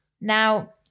Now